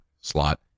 slot